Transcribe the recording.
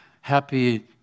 happy